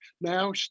Now